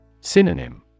Synonym